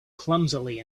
clumsily